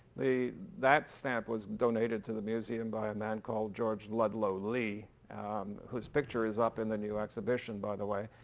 that stamp was donated to the museum by a man called george ludlow lee whose picture is up in the new exhibition by the way.